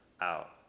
out